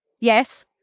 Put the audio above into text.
Yes